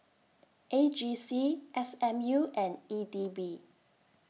A G C S M U and E D B